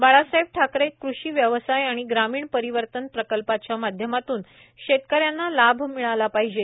बाळासाहेब ठाकरे कृषी व्यवसाय आणि ग्रामीण परिवर्तन स्मार्ट प्रकल्पाच्या माध्यमातून शेतकऱ्यांना लाभ मिळाला पाहिजे